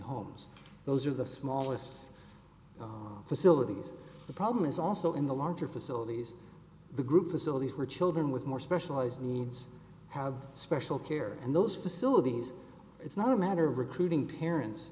homes those are the smallest facilities the problem is also in the larger facilities the group facilities where children with more specialized needs have special care and those facilities it's not a matter of recruiting parents